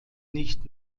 nicht